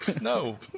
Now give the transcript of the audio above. No